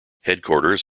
headquarters